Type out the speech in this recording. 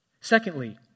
Secondly